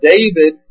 David